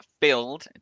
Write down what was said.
filled